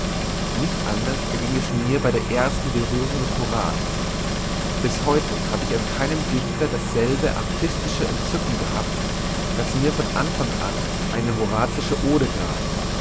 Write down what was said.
nicht anders ergieng es mir bei der ersten berührung mit horaz bis heute habe ich an keinem dichter dasselbe artistische entzücken gehabt das mir von anfang an eine horazische ode gab